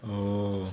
oh